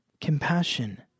compassion